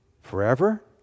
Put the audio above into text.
forever